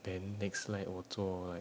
then next slide 我做 like